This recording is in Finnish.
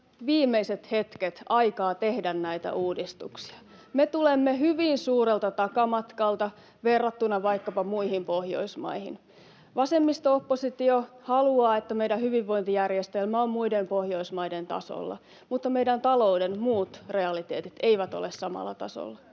viimeiset hetket aikaa tehdä näitä uudistuksia. Me tulemme hyvin suurelta takamatkalta verrattuna vaikkapa muihin Pohjoismaihin. Vasemmisto-oppositio haluaa, että meidän hyvinvointijärjestelmä on muiden Pohjoismaiden tasolla, mutta meidän talouden muut realiteetit eivät ole samalla tasolla.